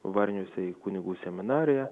varniuose į kunigų seminariją